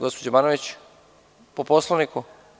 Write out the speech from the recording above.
Gospođo Banović, po Poslovniku.